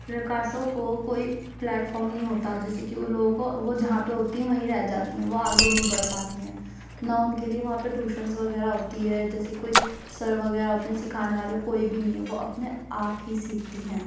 رقاصوں کو کوئی پلیٹفارم نہیں ہوتا جیسے کہ اُن لوگوں کو وہ جہاں پہ ہوتی ہیں وہیں رہ جاتی ہیں وہ آگے نہیں بڑھ پاتی ہیں نہ اُن کے لیے وہاں پہ ٹیوشنز وغیرہ ہوتی ہے جیسے کوئی سر وغیرہ ہوتے ہیں سکھانے والے کوئی بھی نہیں وہ اپنے آپ ہی سیکھتی ہیں